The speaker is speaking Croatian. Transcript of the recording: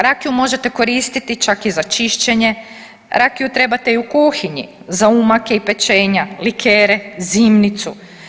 Rakiju možete koristiti čak i za čišćenje, rakiju trebate i u kuhinji za umake i pečenja, likere, zimnicu.